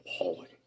appalling